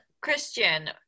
Christian